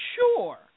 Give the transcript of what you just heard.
sure